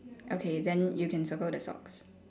okay then you can circle the socks